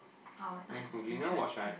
our time is interesting